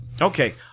Okay